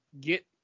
get